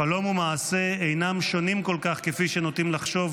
"חלום ומעשה אינם שונים כל כך כפי שנוטים לחשוב,